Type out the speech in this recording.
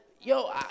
yo